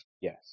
yes